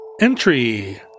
Entry